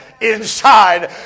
inside